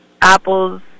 apples